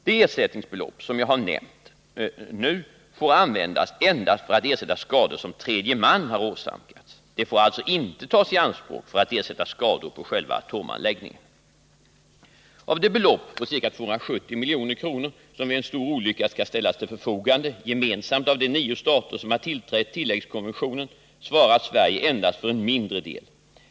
De ersättningsbelopp som jag har nämnt nu får användas endast för att ersätta skador som tredje man har åsamkats. De får alltså inte tas i anspråk för att ersätta skador på själva atomanläggningen. Av det belopp på ca 270 milj.kr. som vid en stor olycka skall ställas till förfogande gemensamt av de nio stater som har tillträtt tilläggskonventionen svarar Sverige endast för en mindre del.